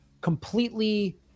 completely